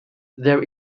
there